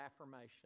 affirmation